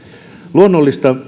luonnollisesta